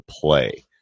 play